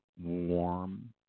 warm